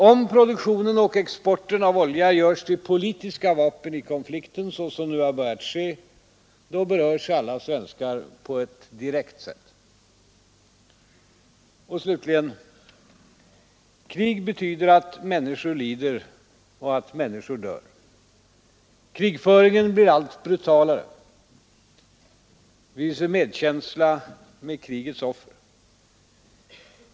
Om produktionen och exporten av olja görs till politiska vapen i konflikten, så som nu har börjat ske, då berörs alla svenskar på ett direkt sätt. Och slutligen: Krig betyder att människor lider och att människor dör. Krigföringen blir allt brutalare. Vi hyser medkänsla med krigets offer.